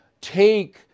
take